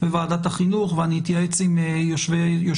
וועדת החינוך אני אתייעץ עם יושבות-הראש